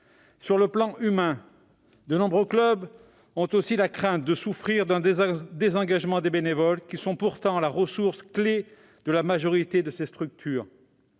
de vue humain, de nombreux clubs craignent aussi de souffrir d'un désengagement des bénévoles, qui sont pourtant la ressource clé de la majorité de ces structures.